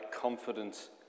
confidence